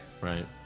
Right